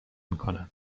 میکنن